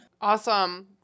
awesome